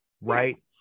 Right